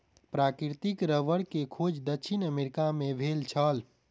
प्राकृतिक रबड़ के खोज दक्षिण अमेरिका मे भेल छल